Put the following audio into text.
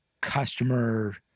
customer